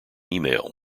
email